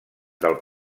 del